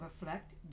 reflect